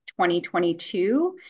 2022